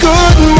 Good